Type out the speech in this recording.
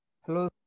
Hello